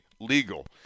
legal